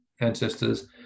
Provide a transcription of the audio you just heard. ancestors